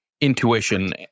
intuition